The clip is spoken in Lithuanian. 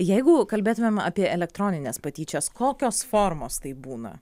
jeigu kalbėtumėm apie elektronines patyčias kokios formos tai būna